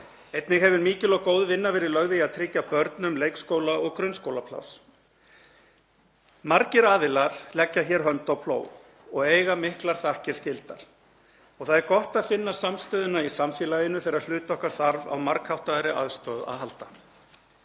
Einnig hefur mikil og góð vinna verið lögð í að tryggja börnum leikskóla- og grunnskólapláss. Margir aðilar leggja hér hönd á plóg og eiga miklar þakkir skildar og það er gott að finna samstöðuna í samfélaginu þegar hluti okkar þarf á margháttaðri aðstoð að halda.